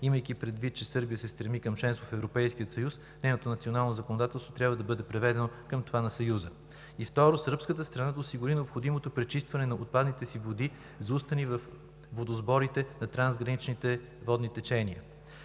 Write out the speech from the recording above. Имайки предвид че Сърбия се стреми към членство в Европейския съюз, нейното национално законодателство трябва да бъде приведено към това на Съюза. Второ, сръбската страна да осигури необходимото пречистване на отпадните си води, заустени във водосборите на трансграничните водни течения.